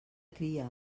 cria